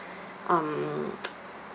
um